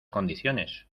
condiciones